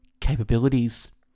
capabilities